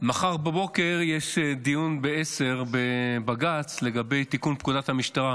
מחר בבוקר יש דיון ב-10:00 בבג"ץ לגבי תיקון פקודת המשטרה,